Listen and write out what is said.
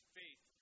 faith